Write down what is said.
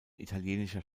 italienischer